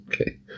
Okay